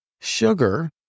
sugar